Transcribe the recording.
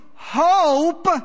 Hope